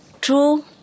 True